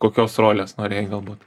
kokios rolės norėjai galbūt